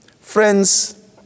Friends